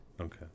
Okay